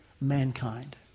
mankind